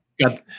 got